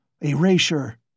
Erasure